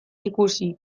ikusi